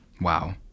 Wow